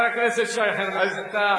חבר הכנסת שי חרמש, אתה יותר מהנואם כבר.